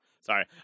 sorry